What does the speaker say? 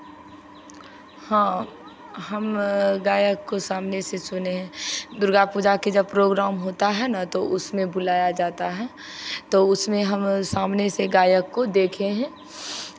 हाँ हम गायक को सामने से सुने हैं दुर्गा पूजा के जब प्रोग्राम होता है ना तो उसमें बुलाया जाता है तो उसमें हम सामने से गायक को देखे हैं